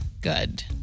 good